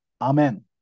Amen